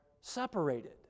separated